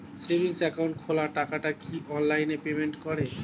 Savings account খোলা টাকাটা কি অনলাইনে পেমেন্ট করে?